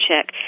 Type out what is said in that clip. check